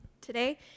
today